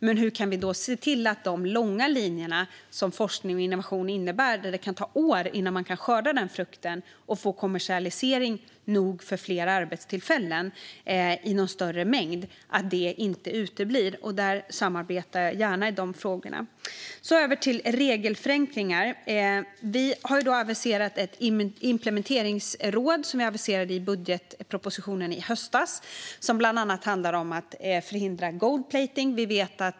Men hur kan vi då se till att de långa linjer som forskning och innovation innebär, där det kan ta år innan man kan skörda frukterna och få till nog med kommersialisering för att skapa arbetstillfällen i någon större mängd, inte uteblir? Jag samarbetar gärna i de frågorna. Så över till regelförenklingar. Vi aviserade ett implementeringsråd i budgetpropositionen i höstas. Det ska bland annat förhindra gold-plating.